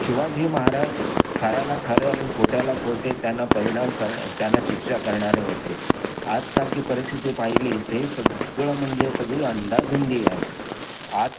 शिवाजी महाराज खऱ्याला खरे आणि खोट्याला खोटे त्यांना परिणाम करण्या त्यांना शिक्षा करणारे होते आजकालची परिस्थिती पाहिली तर ही सगळं म्हणजे सगळी अंदाधुंदी आहे आत